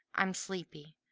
i'm sleepy,